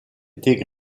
étaient